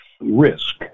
risk